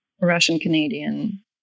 Russian-Canadian